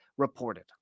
reported